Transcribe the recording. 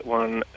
one